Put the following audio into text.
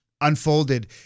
Unfolded